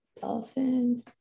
Dolphin